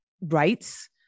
rights